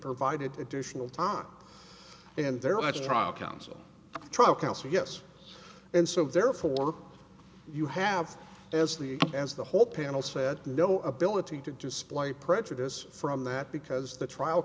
provided additional time and there much trial counsel trial counsel yes and so therefore you have as the as the whole panel said no ability to display prejudice from that because the trial